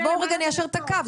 אז בואו רגע ניישר את הקו,